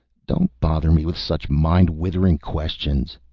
don't bother me with such mind-withering questions.